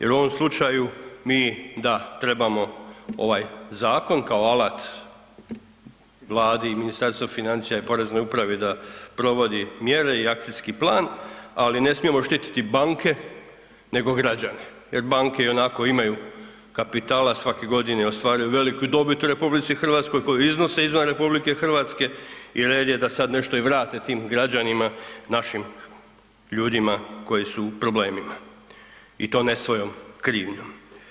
Jer u ovom slučaju mi da, trebamo ovaj zakon kao alat Vladi i Ministarstvu financija i poreznoj upravi da provodi mjere i akcijski plan ali ne smijemo štititi banke nego građane jer banke i onako imaju kapitala, svake godine ostvaruju veliku dobit u RH koju iznose izvan RH i red je da sada nešto i vrate tim građanima, našim ljudima koji su u problemima i to ne svojom krivnjom.